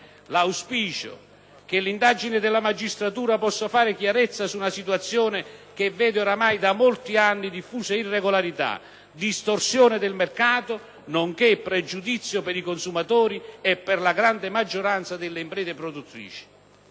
latte, che l'indagine della magistratura possa fare chiarezza su una situazione che vede ormai da molti anni diffuse irregolarità, distorsione del mercato, nonché pregiudizio per i consumatori e per la grande maggioranza delle imprese produttrici.